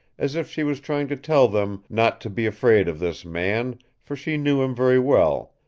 as if she was trying to tell them not to be afraid of this man, for she knew him very well,